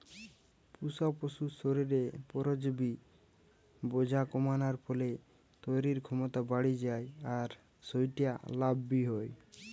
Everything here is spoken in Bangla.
পুশা পশুর শরীরে পরজীবি বোঝা কমানার ফলে তইরির ক্ষমতা বাড়ি যায় আর সউটা লাভ বি হয়